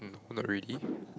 um not really